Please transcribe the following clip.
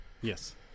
yes